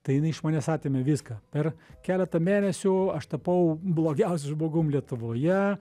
tai jinai iš manęs atėmė viską per keletą mėnesių aš tapau blogiausiu žmogum lietuvoje